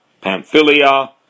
Pamphylia